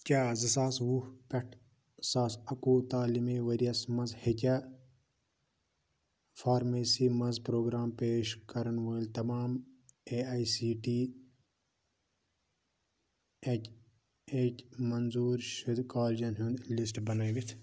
کیٛاہ زٕ ساس وُہ پٮ۪ٹھ زٕ ساس اَکوُہ تعلیٖمی ؤریَس منٛز ہیٚکیٛاہ فارمیسی منٛز پرٛوگرام پیش کَرن وٲلۍ تمام ایٚے آئی سی ٹی ہٕکۍ ہٕکی منظوٗر شُد کالجن ہُنٛد لِسٹہٕ بنٲوِتھ